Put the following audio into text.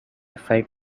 fight